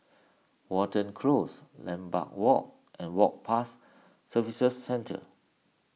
Watten Close Lambeth Walk and Work Pass Services Centre